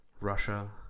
Russia